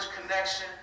connection